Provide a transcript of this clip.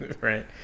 Right